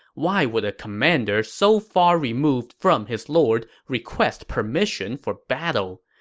why would a commander so far removed from his lord request permission for battle?